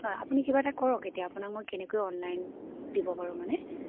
হয় আপুনি কিবা এটা কৰক এতিয়া আপোনাক মই কেনেকৈ অনলাইন দিব পাৰোঁ মানে